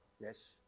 Yes